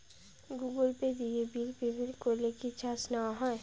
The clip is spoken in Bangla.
গুগল পে দিয়ে বিল পেমেন্ট করলে কি চার্জ নেওয়া হয়?